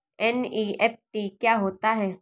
NEFT क्या होता है?